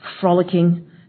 frolicking